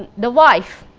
the wife,